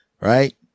Right